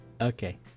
okay